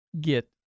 get